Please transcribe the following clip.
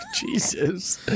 Jesus